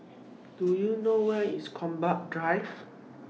Do YOU know Where IS Gombak Drive